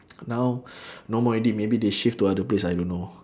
now no more already maybe they shift to other place I don't know